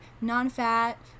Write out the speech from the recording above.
non-fat